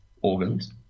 organs